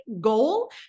goal